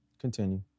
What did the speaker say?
Continue